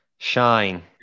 shine